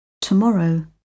tomorrow